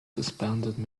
suspended